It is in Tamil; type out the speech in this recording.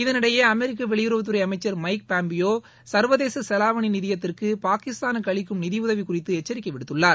இதனிடையே அமெரிக்க வெளியுறவுத்துறை அமைச்சர் மைக் பாம்பியோ சர்வதேச செலாவணி நிதியத்திற்கு பாகிஸ்தானுக்கு அளிக்கும் நிதி உதவி குறித்து எச்சரிக்கை விடுத்துள்ளார்